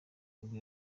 nibwo